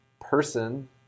person